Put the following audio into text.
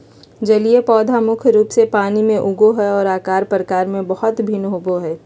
जलीय पौधा मुख्य रूप से पानी में उगो हइ, और आकार प्रकार में बहुत भिन्न होबो हइ